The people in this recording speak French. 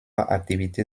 activité